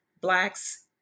blacks